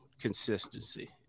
consistency